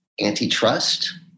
antitrust